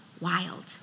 wild